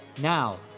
Now